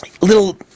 little